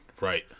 Right